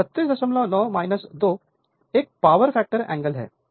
यह 369 2 एक power factor angle है